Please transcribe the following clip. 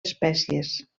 espècies